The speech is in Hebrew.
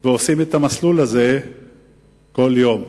בהן ועושים את המסלול הזה כל יום.